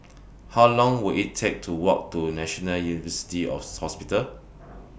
How Long Will IT Take to Walk to National University Hospital